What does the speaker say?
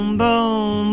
boom